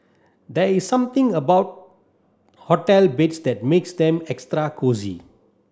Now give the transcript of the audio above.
there is something about hotel beds that makes them extra cosy